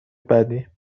بعدی